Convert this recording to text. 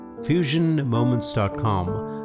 FusionMoments.com